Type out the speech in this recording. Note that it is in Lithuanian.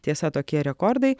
tiesa tokie rekordai